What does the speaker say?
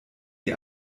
die